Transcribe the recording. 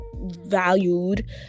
Valued